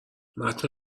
متن